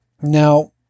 Now